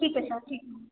ठीक है सर ठीक है